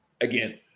Again